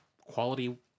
quality